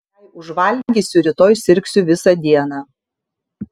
jei užvalgysiu rytoj sirgsiu visą dieną